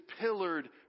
pillared